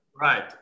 Right